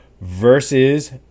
versus